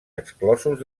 exclosos